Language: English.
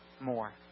more